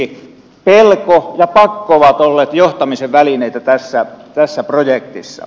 pelko ja pakko ovat olleet johtamisen välineitä tässä projektissa